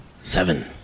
Seven